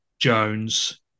Jones